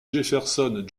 jefferson